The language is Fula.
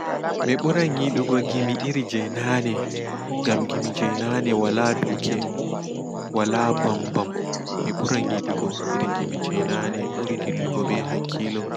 Mi ɓuran yiɗugo gimi iri jei naane ngam gimi jei nanne wala ɗuke wala ɓam ɓam mi ɓuran yiɗugo iri jei naane ɓuri ɗilligo ɓe hakkilo